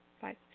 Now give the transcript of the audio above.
five